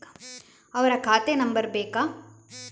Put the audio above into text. ಅವರ ಖಾತೆ ನಂಬರ್ ಬೇಕಾ?